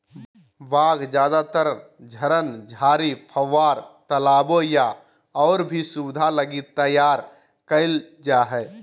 बाग ज्यादातर झरन, झाड़ी, फव्वार, तालाबो या और भी सुविधा लगी तैयार करल जा हइ